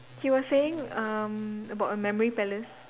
he was saying um about a memory palace